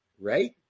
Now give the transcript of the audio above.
right